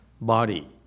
body